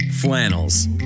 Flannels